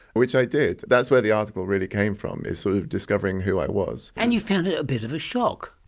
which i did. that's where the article really came from, from, sort of discovering who i was. and you found it a bit of a shock.